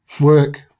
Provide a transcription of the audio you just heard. work